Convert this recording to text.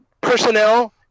personnel